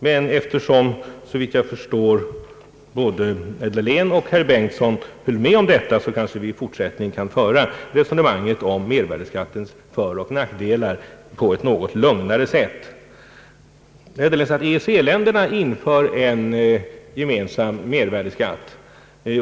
Men eftersom såvitt jag förstår både Herr Dahlén och herr Bengtson höll med om detta kanske vi i fortsättningen kan föra resonemanget om mervärdeskattens föroch nackdelar på ett något lugnare sätt. Herr Dahlén säger att EEC-länderna inför en gemensam mervärdeskatt.